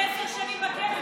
היא עשר שנים בכלא,